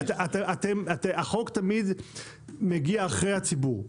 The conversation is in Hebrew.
החוק תמיד מגיע אחרי הציבור.